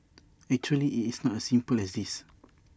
actually IT is not as simple as this